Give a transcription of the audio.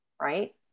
Right